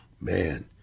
man